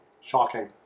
shocking